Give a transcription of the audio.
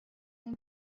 and